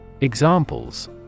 Examples